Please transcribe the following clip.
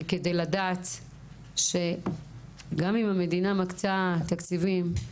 כדי לדעת שגם אם המדינה מקצה תקציבים.